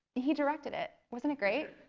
he directed it. wasn't it great?